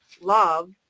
love